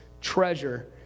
treasure